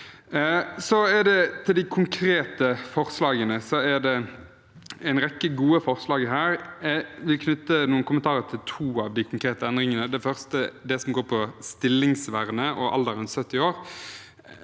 Til de konkrete forslagene: Det er en rekke gode forslag her, og jeg vil knytte noen kommentarer til to av de konkrete endringene. Det første er det som går på stillingsvernet og alderen 70 år.